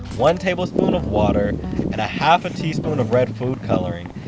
one tablespoon of water and half a teaspoon of red food coloring.